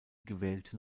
gewählten